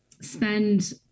spend